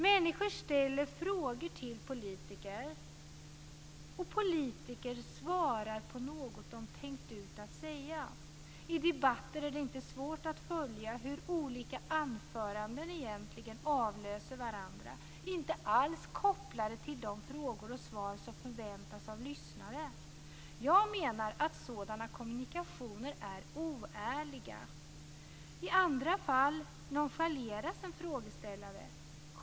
Människor ställer frågor till politiker, och politiker svarar med något de tänkt ut att säga. I debatter är det inte svårt att följa hur olika anföranden egentligen avlöser varandra och inte alls är kopplade till de frågor och svar som förväntas av lyssnaren. Jag menar att sådana kommunikationer är oärliga. I andra fall nonchaleras en frågeställare.